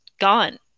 gone